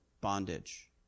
bondage